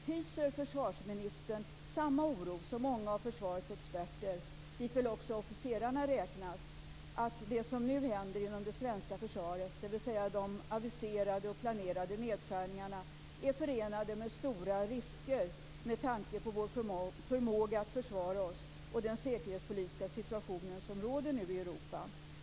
Hyser försvarsministern samma oro som många av försvarets experter, dit väl också officerarna räknas, att det som nu händer inom det svenska försvaret, dvs. de aviserade och planerade nedskärningarna, är förenat med stora risker med tanke på vår förmåga att försvara oss och den säkerhetspolitiska situation som nu råder i Europa?